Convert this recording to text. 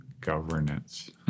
governance